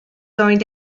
going